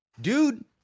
Dude